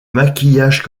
maquillage